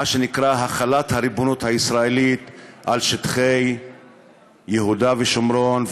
מה שנקרא החלת הריבונות הישראלית על שטחי יהודה ושומרון,